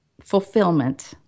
fulfillment